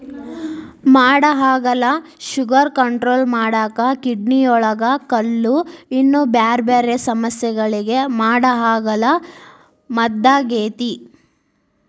ಮಾಡಹಾಗಲ sugar control ಮಾಡಾಕ, ಕಿಡ್ನಿಯೊಳಗ ಕಲ್ಲು, ಇನ್ನೂ ಬ್ಯಾರ್ಬ್ಯಾರೇ ಸಮಸ್ಯಗಳಿಗೆ ಮಾಡಹಾಗಲ ಮದ್ದಾಗೇತಿ